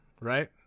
right